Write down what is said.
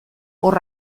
hor